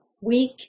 week